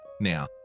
now